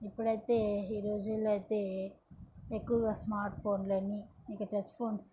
ఇప్పుడైతే ఈ రోజుల్లో అయితే ఎక్కువగా స్మార్ట్ ఫోన్లనీ ఇక టచ్ ఫోన్స్